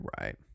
right